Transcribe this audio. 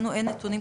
לנו אין נתונים.